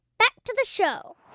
back to the show